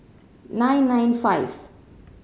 nine nine five